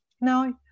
No